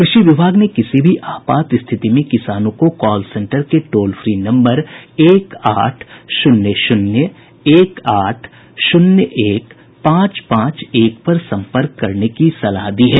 कृषि विभाग ने किसी भी आपात स्थिति में किसानों को कॉल सेन्टर के टोल फ्री नम्बर एक आठ शून्य शून्य एक आठ शून्य एक पांच पांच एक पर सम्पर्क करने की सलाह दी है